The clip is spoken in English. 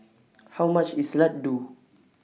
How much IS Laddu